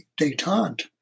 detente